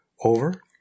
over